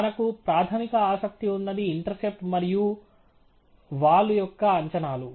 మనకు ప్రాథమిక ఆసక్తి ఉన్నది ఇంటర్సెప్ట్ మరియు వాలు స్లోప్ slope యొక్క అంచనాలు